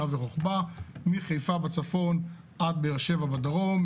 מחיפה בצפון עד באר שבע בדרום,